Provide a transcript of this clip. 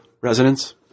resonance